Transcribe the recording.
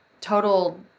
total